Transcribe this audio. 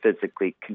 physically